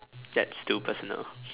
that's too personal